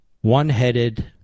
one-headed